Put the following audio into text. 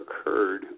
occurred